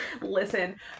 Listen